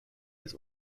his